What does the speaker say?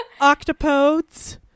Octopodes